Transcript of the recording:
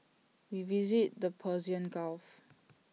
we visited the Persian gulf